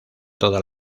todas